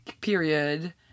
period